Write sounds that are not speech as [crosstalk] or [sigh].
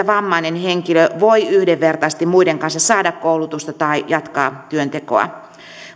[unintelligible] vammainen henkilö voi yhdenvertaisesti muiden kanssa saada koulutusta tai jatkaa työntekoa